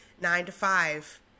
nine-to-five